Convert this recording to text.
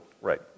Right